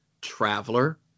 traveler